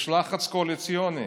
יש לחץ קואליציוני.